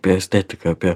apie estetiką apie